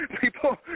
People